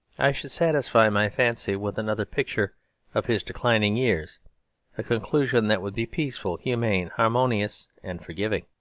i should satisfy my fancy with another picture of his declining years a conclusion that would be peaceful, humane, harmonious, and forgiving.